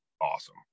awesome